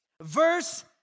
verse